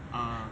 ah